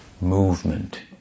movement